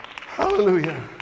hallelujah